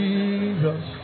Jesus